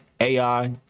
AI